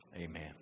amen